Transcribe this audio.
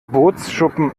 bootsschuppen